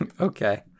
Okay